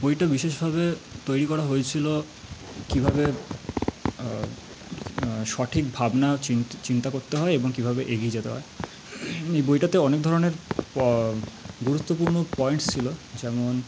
বইটা বিশেষভাবে তৈরি করা হয়েছিলো কীভাবে সঠিক ভাবনা চিন্তা চিন্তা করতে হয় এবং কীভাবে এগিয়ে যেতে হয় এই বইটাতে অনেক ধরণের গুরুত্বপূর্ণ পয়েন্টস ছিলো যেমন